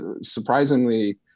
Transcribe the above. surprisingly